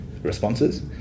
responses